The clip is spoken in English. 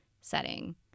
setting